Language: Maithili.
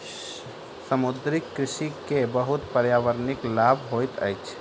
समुद्रीय कृषि के बहुत पर्यावरणिक लाभ होइत अछि